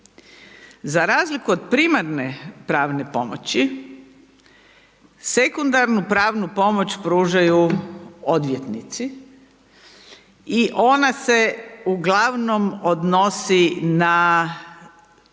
Za razliku od primarne pravne pomoći, sekundarnu pravnu pomoć pružaju odvjetnici i ona se ugl. odnosi na